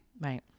Right